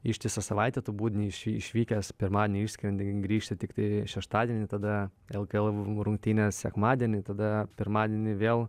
ištisą savaitę tu būni iš išvykęs pirmadienį išskrenda grįžti tiktai šeštadienį tada lkl rungtynės sekmadienį tada pirmadienį vėl